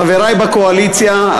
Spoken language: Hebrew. חברי בקואליציה,